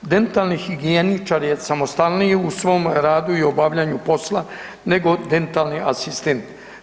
Dentalni higijeničar je samostalniji u svom radu i obavljanju posla nego dentalni asistent.